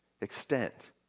extent